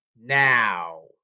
now